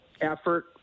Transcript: effort